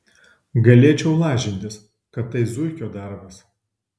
galėčiau lažintis kad tai zuikio darbas